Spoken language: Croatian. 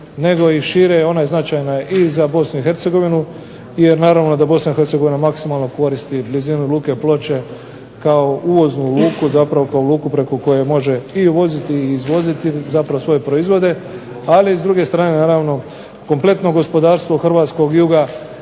nego i šire, ona je značajna i za Bosnu i Hercegovinu, jer naravno da Bosna i Hercegovina maksimalno koristi blizinu luke Ploče kao uvoznu luku, zapravo kao luku preko koje može i uvoziti i izvoziti zapravo svoje proizvode, ali s druge strane naravno kompletno gospodarstvo hrvatskog juga